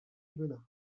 aubenas